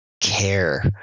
care